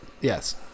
Yes